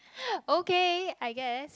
okay I guess